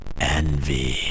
Envy